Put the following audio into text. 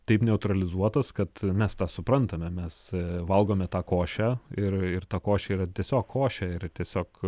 taip neutralizuotas kad mes tą suprantame mes valgome tą košę ir ir ta košė yra tiesiog košė ir tiesiog